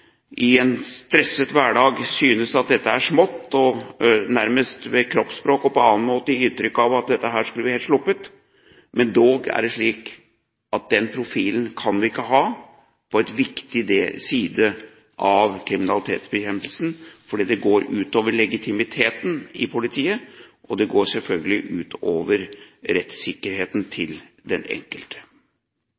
synes at dette er smått, og nærmest ved kroppsspråk og på annen måte gi inntrykk av at dette skulle de helst sluppet. Men dog er det slik at den profilen kan vi ikke ha når det gjelder en viktig side av kriminalitetsbekjempelsen, fordi det går ut over legitimiteten i politiet, og det går selvfølgelig ut over rettssikkerheten